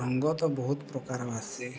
ରଙ୍ଗ ତ ବହୁତ ପ୍ରକାରର ଆସେ